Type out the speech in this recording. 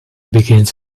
begins